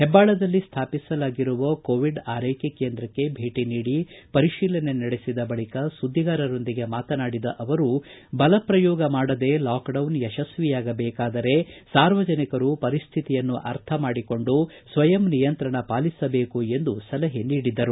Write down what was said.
ಹೆಬ್ಬಾಳದಲ್ಲಿ ಸ್ಮಾಪಿಸಲಾಗಿರುವ ಕೋವಿಡ್ ಆರೈಕೆ ಕೇಂದ್ರಕ್ಕೆ ಭೇಟಿ ನೀಡಿ ಪರಿತೀಲನೆ ನಡೆಸಿದ ಬಳಿಕ ಸುದ್ದಿಗಾರರೊಂದಿಗೆ ಮಾತನಾಡಿದ ಅವರು ಬಲಪ್ರಯೋಗ ಮಾಡದೇ ಲಾಕ್ಡೌನ್ ಯಶಸ್ವಿಯಾಗಬೇಕಾದರೆ ಸಾರ್ವಜನಿಕರು ಪರಿಸ್ಥಿತಿಯನ್ನು ಅರ್ಥಮಾಡಿಕೊಂಡು ಸ್ವಯಂ ನಿಯಂತ್ರಣ ಪಾಲಿಸಬೇಕು ಎಂದು ಸಲಹೆ ನೀಡಿದರು